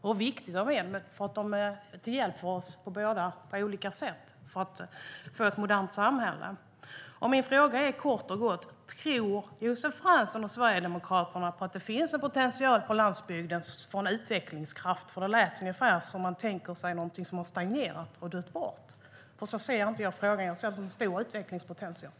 Båda delarna är viktiga och är till hjälp för oss på olika sätt i ett modernt samhälle. Min fråga är kort och gott: Tror Josef Fransson och Sverigedemokraterna på att det finns en potential för utvecklingskraft på landsbygden? Det lät ungefär som att man tänker sig någonting som har stagnerat och dött bort. Så ser inte jag på frågan. Jag ser det som en stor utvecklingspotential.